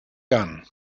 gun